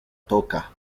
toca